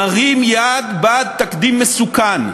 מרים יד בעד תקדים מסוכן.